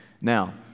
Now